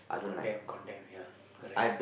condemn condemn ya correct